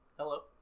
Hello